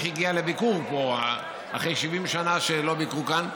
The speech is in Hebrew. הגיע לביקור פה אחרי 70 שנה שלא ביקרו כאן.